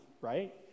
right